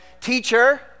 teacher